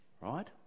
right